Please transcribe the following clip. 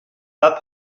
pas